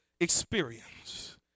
experience